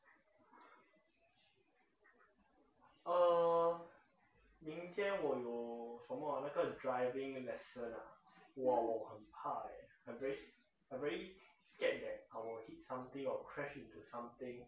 uh 明天我有什么那个 driving lesson ah !wah! 我很怕 eh I'm very I'm very scared that I will hit something or crash into something